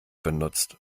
benutzt